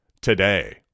today